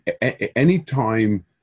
Anytime